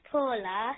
Paula